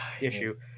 issue